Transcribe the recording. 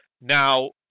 Now